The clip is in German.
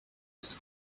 ist